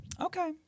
Okay